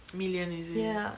million is it